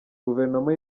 guverinoma